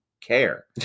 care